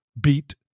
beat